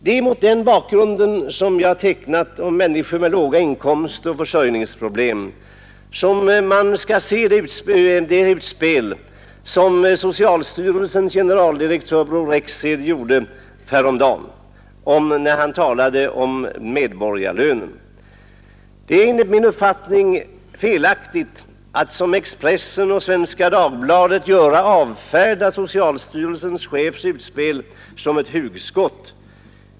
Det är mot den bakgrund som jag har tecknat av människor med låga inkomster och försörjningsproblem som man skall se det utspel som socialstyrelsens generaldirektör Bror Rexed gjorde häromdagen, när han talade om medborgarlönen. Det är enligt min mening felaktigt att som Expressen och Svenska Dagbladet gör avfärda socialstyrelsens chefs utspel såsom ett hugskott.